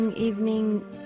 Evening